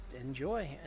Enjoy